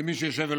למי שיושב ולומד.